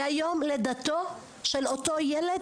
מיום לידתו של אותו ילד,